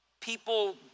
people